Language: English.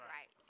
Right